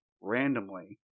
randomly